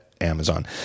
Amazon